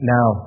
Now